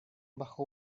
bajo